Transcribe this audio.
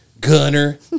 Gunner